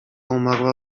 umarła